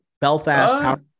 Belfast